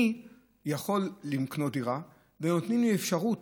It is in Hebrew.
אני יכול לקנות דירה ונותנים לי אפשרות,